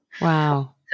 wow